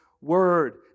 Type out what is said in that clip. word